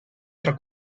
tra